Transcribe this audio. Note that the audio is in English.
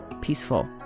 peaceful